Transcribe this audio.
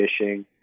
fishing